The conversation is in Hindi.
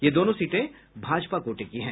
ये दोनों सीटें भाजपा कोटे की है